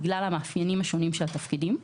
בגלל מאפיינים שונים של התפקידים.